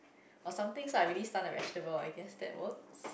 or somethings lah I really stun like vegetable I guess that work